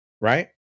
Right